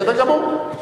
בסדר גמור.